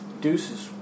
deuces